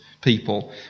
people